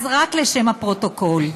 אז רק לשם הפרוטוקול.